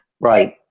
Right